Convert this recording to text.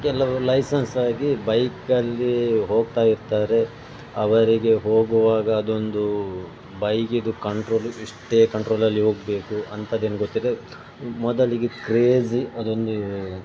ಕೆಲವು ಲೈಸನ್ಸಾಗಿ ಬೈಕಲ್ಲಿ ಹೋಗ್ತಾಯಿರ್ತಾರೆ ಅವರಿಗೆ ಹೋಗುವಾಗ ಅದೊಂದು ಬೈಕಿಂದು ಕಂಟ್ರೋಲ್ ಇಷ್ಟೇ ಕಂಟ್ರೋಲಲ್ಲಿ ಹೋಗಬೇಕು ಅಂಥದ್ದೇನು ಗೊತ್ತಿದ್ದರೆ ಮೊದಲಿಗೆ ಕ್ರೇಜಿ ಅದೊಂದು